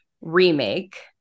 remake